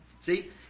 See